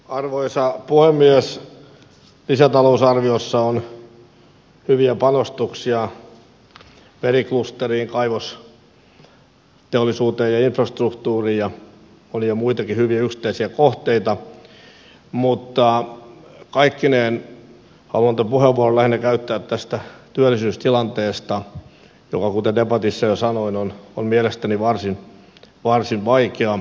lisätalousarviossa on hyviä panostuksia meriklusteriin kaivosteollisuuteen ja infrastruktuuriin ja monia muitakin hyviä yksittäisiä kohteita mutta kaikkineen haluan tämän puheenvuoron käyttää lähinnä tästä työllisyystilanteesta joka kuten debatissa jo sanoin on mielestäni varsin vaikea